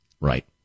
Right